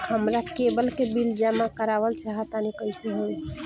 हमरा केबल के बिल जमा करावल चहा तनि कइसे होई?